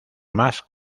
más